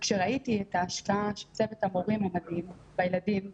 וכשראיתי את ההשקעה של צוות המורים המדהים והילדים,